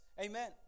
Amen